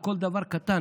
על כל דבר קטן,